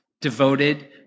devoted